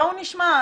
בואו נשמע.